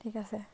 ঠিক আছে